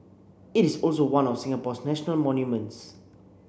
it is also one of Singapore's national monuments